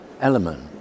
element